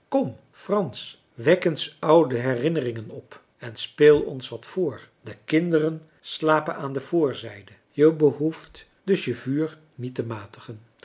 kom frans wek eens oude herinneringen op en speel ons wat voor de kinderen slapen aan de voorzijde je behoeft dus je vuur niet te matigen